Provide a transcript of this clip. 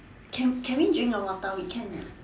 can can we drink the water we can right